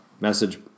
message